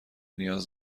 نیاز